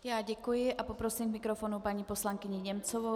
Já děkuji a prosím k mikrofonu paní poslankyni Němcovou.